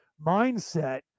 mindset